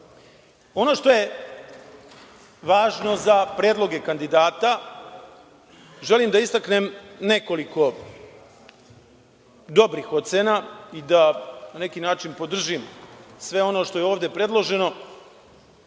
što je važno za predloge kandidata, želim da istaknem nekoliko dobrih ocena i da na neki način podržim sve ono što je ovde predloženo,